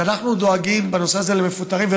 אז אנחנו דואגים בנושא הזה למפוטרים,